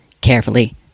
carefully